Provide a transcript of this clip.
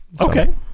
Okay